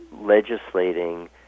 legislating